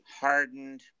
hardened